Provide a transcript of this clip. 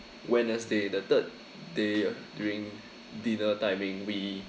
wednesday the third day during dinner timing we